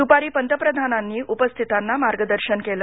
दूपारी पंतप्रधानांनी उपस्थितांना मार्गदर्शन केलं